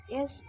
Yes